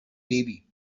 baby